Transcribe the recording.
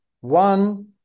One